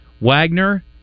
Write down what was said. Wagner